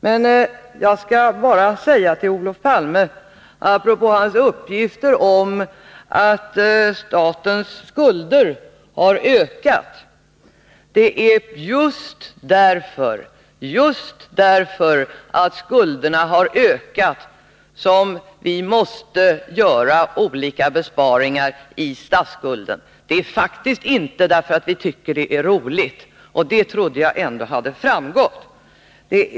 Det är just därför att statens skulder har ökat som vi måste göra olika besparingar när det gäller statsskulden — detta apropå Olof Palmes uppgifter omatt statens skulder har ökat. Det är faktiskt inte därför att vi tycker att det är roligt. Det trodde jag hade framgått.